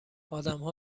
آدمها